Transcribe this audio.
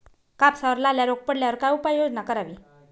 कापसावर लाल्या रोग पडल्यावर काय उपाययोजना करावी?